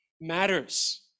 matters